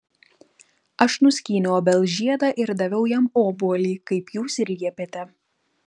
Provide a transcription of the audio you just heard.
aš nuskyniau obels žiedą ir daviau jam obuolį kaip jūs ir liepėte